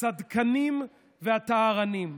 הצדקנים והטהרנים.